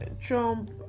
Trump